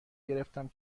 گرفتم